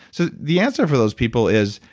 so the answer for those people is,